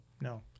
no